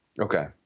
Okay